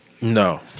No